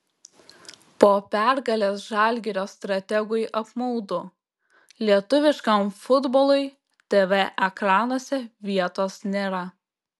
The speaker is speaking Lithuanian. po pergalės žalgirio strategui apmaudu lietuviškam futbolui tv ekranuose vietos nėra